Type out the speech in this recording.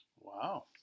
Wow